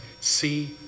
see